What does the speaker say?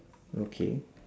okay